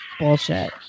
bullshit